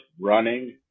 running